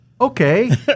okay